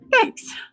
Thanks